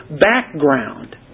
background